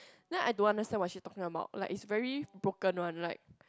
then I don't understand what she talking about like it's very like broken one like